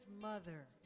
mother